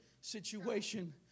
situation